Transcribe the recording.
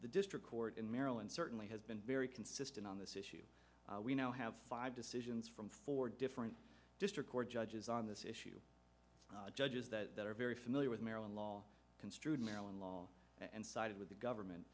the district court in maryland certainly has been very consistent on this issue we now have five decisions from four different district court judges on this issue judges that are very familiar with maryland law construed maryland law and sided with the government